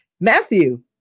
Matthew